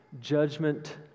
judgment